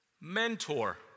mentor